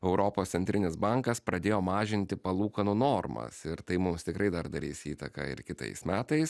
europos centrinis bankas pradėjo mažinti palūkanų normas ir tai mums tikrai dar darys įtaką ir kitais metais